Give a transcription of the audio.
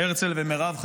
הרצל ומירב חג'אג'